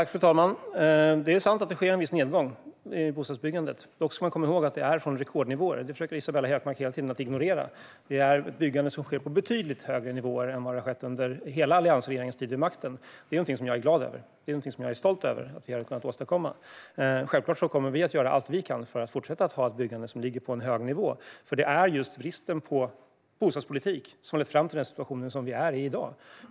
Fru talman! Det är sant att det sker en viss nedgång i bostadsbyggandet. Dock ska man komma ihåg att det är från rekordnivåer. Det försöker Isabella Hökmark hela tiden ignorera. Byggandet ligger på betydligt högre nivåer än det gjorde under hela alliansregeringens tid vid makten. Det är någonting som jag är glad och stolt över att vi har kunnat åstadkomma. Självklart kommer vi att göra allt vi kan för att fortsätta ha ett byggande som ligger på en hög nivå, för det är bristen på bostadspolitik som har lett fram till den situation vi har i dag.